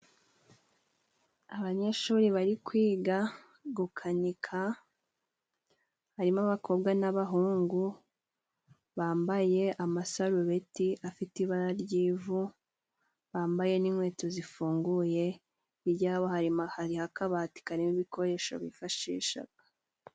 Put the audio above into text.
Abanyeshuri bari kwiga gukanika, harimo abakobwa n'abahungu bambaye amasarubeti afite ibara ry'ivu, bambaye n'inkweto zifunguye hirya yabo harimo akabati karimo ibikoresho bifashishaga.